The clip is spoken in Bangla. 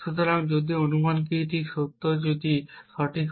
সুতরাং যদি অনুমান করা কীটি সত্যই সঠিক হয়